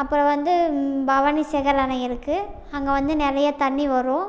அப்புறம் வந்து பவானிசேகர் அணை இருக்குது அங்கே வந்து நிறையா தண்ணி வரும்